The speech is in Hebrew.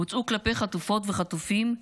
בוצעו כלפי חטופות וחטופים,